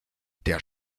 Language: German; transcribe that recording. der